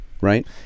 right